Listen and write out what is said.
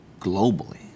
globally